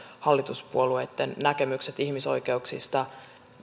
hallituspuolueitten näkemykset ihmisoikeuksista